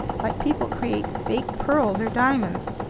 like people create fake pearls or diamonds.